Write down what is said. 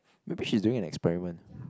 maybe she's doing an experiment